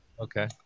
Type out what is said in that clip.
okay